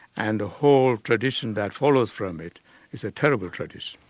and a whole tradition that follows from it is a terrible tradition.